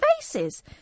faces